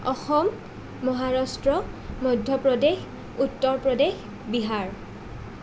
Assam Maharashtra Madhya Pradesh Uttar Pradesh Bihar